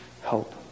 help